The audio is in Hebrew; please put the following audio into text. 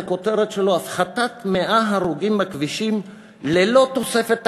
שהכותרת שלו: הפחתת 100 הרוגים בכבישים ללא תוספת תקציב,